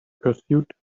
pursuit